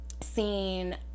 seen